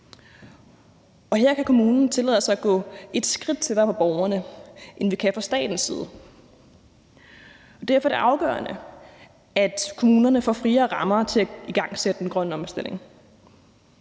Her kan kommunen tillade sig at gå et skridt tættere på borgerne, end vi kan fra statens side. Derfor er det afgørende, at kommunerne får friere rammer til at igangsætte den grønne omstilling.